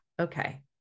okay